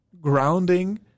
grounding